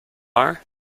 are